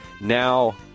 now